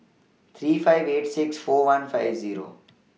three five eight six four one five Zero